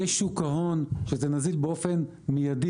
יש שוק ההון, שזה נזיל באופן מיידי.